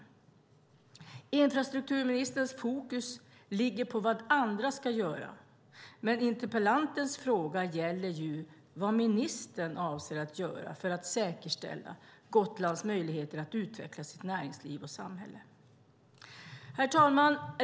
Infrastrukturministerns fokus ligger på vad andra ska göra, men interpellantens fråga gäller ju vad ministern avser att göra för att säkerställa Gotlands möjligheter att utveckla sitt näringsliv och samhälle. Herr talman!